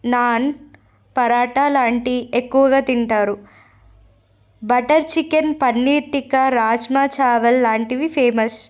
non paratha లాంటివి ఎక్కువగా తింటారు బటర్ చికెన్ పన్నీర్ టిక్క రాజ్మా చావెల్ లాంటివి ఫేమస్